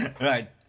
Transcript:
Right